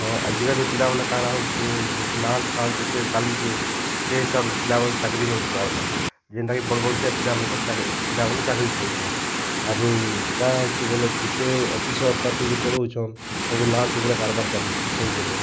ହଁ ଆଜିକାଲି ପିଲା ମାନେ କାଣା ହେଉଛି ଯେତେ ଲାସ୍ ଫାସ୍ ଯେତେ ଚାଲିଛେ ସେଇ ହିସାବେ ପିଲାମାନେ ଚାକିର୍ ନେଇ ପାର୍ବା ଯେନ୍ତା କି ବଡ଼ ବଡ଼ କେ ପିଲାମାନଙ୍କର ଚାକିର୍ ପିଲାମାନେ ଚାକିର୍ ପାଉଛନ୍ ଆରୁ କା ହେଉଛି ବୋଲେ ଯେତେ ଅଫିସର୍ ପାତି ଯେତେ ରହୁଛନ୍ ସବୁ ଲାଲ ଚୁବରେ କାରବାର୍ ଚାଲିଛି ସବୁବେଲେ